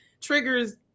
triggers